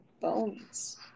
bones